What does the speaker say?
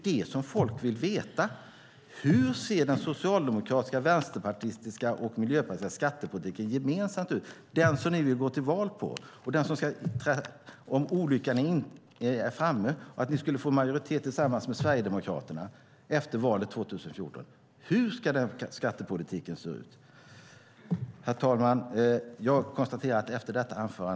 Det som folk vill veta är: Hur ser den gemensamma socialdemokratiska, vänsterpartistiska och miljöpartistiska skattepolitiken ut, den som ni vill gå till val på? Hur skulle den skattepolitiken se ut om olyckan skulle vara framme och ni fick majoritet tillsammans med Sverigedemokraterna i valet 2014?